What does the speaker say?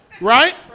right